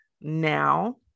now